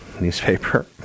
Newspaper